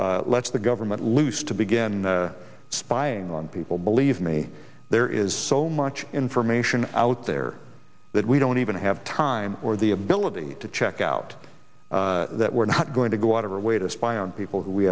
law lets the government loose to begin spying on people believe me there is so much information out there that we don't even have time or the ability to check out that we're not going to go out of our way to spy on people who